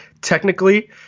technically